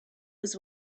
was